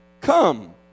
Come